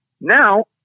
Now